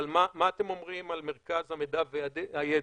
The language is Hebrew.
אבל מה אתם אומרים על מרכז המידע והידע?